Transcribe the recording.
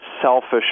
selfish